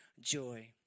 joy